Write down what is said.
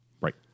Right